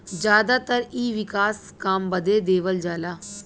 जादातर इ विकास काम बदे देवल जाला